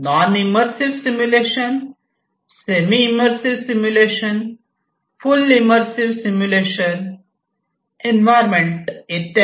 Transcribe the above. non immersive simulation semi immersive simulation full immersive simulation environment इत्यादी